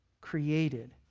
created